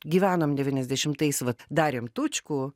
gyvenom devyniasdešimtais vat darėm tučkų